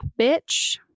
bitch